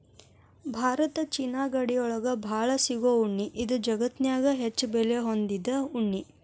Bharat China ಗಡಿ ಒಳಗ ಬಾಳ ಸಿಗು ಉಣ್ಣಿ ಇದು ಜಗತ್ತನ್ಯಾಗ ಹೆಚ್ಚು ಬೆಲೆ ಹೊಂದಿದ ಉಣ್ಣಿ